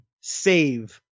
save